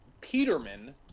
Peterman